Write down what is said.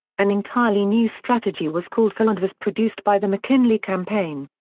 an entirely new strategy was called for and was produced by the mckinley campaign.